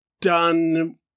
done